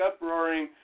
uproaring